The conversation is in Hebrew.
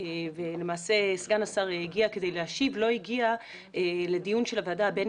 ולמעשה סגן השר שהגיע כדי להשיב ולא הגיע לדיון של הוועדה הבין